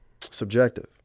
subjective